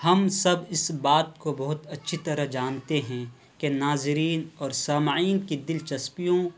ہم سب اس بات کو بہت اچھی طرح جانتے ہیں کہ ناظرین اور سامعین کی دلچسپیوں